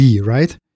right